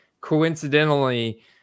coincidentally